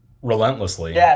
Relentlessly